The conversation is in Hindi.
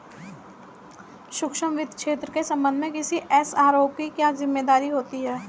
सूक्ष्म वित्त क्षेत्र के संबंध में किसी एस.आर.ओ की क्या जिम्मेदारी होती है?